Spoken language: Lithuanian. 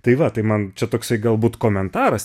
tai va tai man čia toksai galbūt komentaras